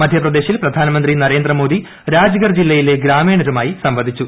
മധ്യപ്രദേശിൽ പ്രധാനമന്ത്രി നരേന്ദ്രമോദി രാജ്ഗർ ജില്ലയിലെ ഗ്രാമീണരുമായി സംവദിച്ചു